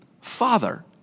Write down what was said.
Father